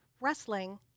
wrestling